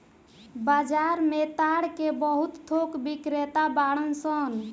बाजार में ताड़ के बहुत थोक बिक्रेता बाड़न सन